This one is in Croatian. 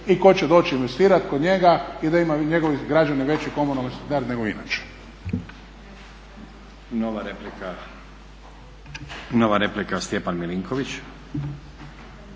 i tko će doći investirati kod njega i da imaju njegovi građani veći komunalni standard nego inače. **Stazić, Nenad (SDP)** Nova replika, Stjepan Milinković.